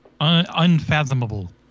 unfathomable